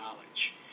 knowledge